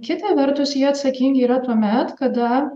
kita vertus jie atsakingi yra tuomet kada